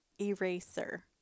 eraser